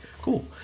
cool